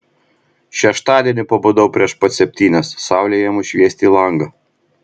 šeštadienį pabudau prieš pat septynias saulei ėmus šviesti į langą